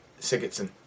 Sigurdsson